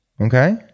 okay